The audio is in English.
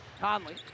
Conley